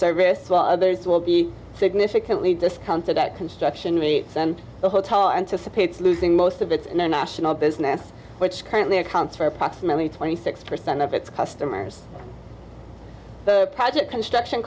service while others will be significantly discounted at construction meats and the hotel anticipates losing most of its international business which currently accounts for approximately twenty six percent of its customers the project construction